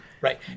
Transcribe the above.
right